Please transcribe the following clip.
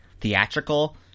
theatrical